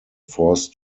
forced